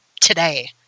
today